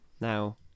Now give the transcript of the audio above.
Now